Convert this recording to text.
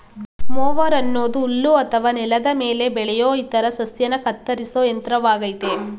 mower ಅನ್ನೋದು ಹುಲ್ಲು ಅಥವಾ ನೆಲದ ಮೇಲೆ ಬೆಳೆಯೋ ಇತರ ಸಸ್ಯನ ಕತ್ತರಿಸೋ ಯಂತ್ರವಾಗಯ್ತೆ